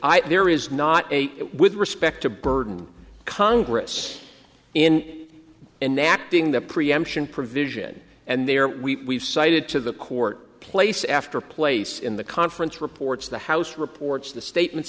i there is not a with respect to burden congress in and acting the preemption provision and they are we cited to the court place after place in the conference reports the house reports the statements